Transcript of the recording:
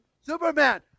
Superman